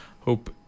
Hope